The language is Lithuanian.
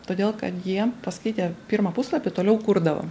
todėl kad jie paskaitę pirmą puslapį toliau kurdavo